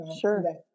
Sure